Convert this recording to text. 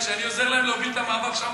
וכשאני עוזר להם להוביל את המאבק שם,